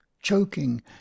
choking